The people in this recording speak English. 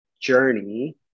journey